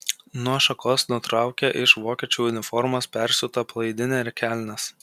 nuo šakos nutraukia iš vokiečių uniformos persiūtą palaidinę ir kelnes